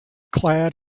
clad